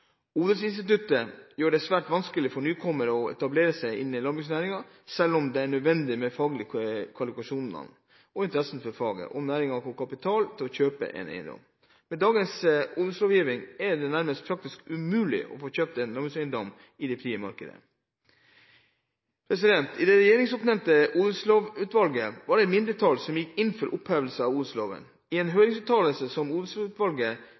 Odelsinstituttet gjør det svært vanskelig for nykommere å etablere seg i landbruksnæringen selv med de nødvendige faglige kvalifikasjoner, interesse for faget og næringen og kapital til å kjøpe en eiendom. Med dagens odelslovgivning er det nærmest praktisk umulig å få kjøpt en landbrukseiendom i det frie markedet. I det regjeringsoppnevnte Odelslovutvalget var det et mindretall som gikk inn for opphevelse av odelsloven. I en